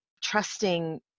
trusting